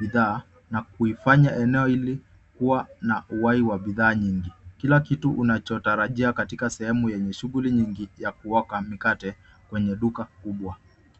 bidhaa na kuifanya eneo hili kuwa na uhai wa bidhaa nyingi kila kitu unachotarajia katika eneo lenye shughuli nyingi ya kuoka mikate kwenye duka kubwa.